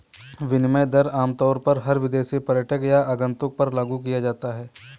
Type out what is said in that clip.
विनिमय दर आमतौर पर हर विदेशी पर्यटक या आगन्तुक पर लागू किया जाता है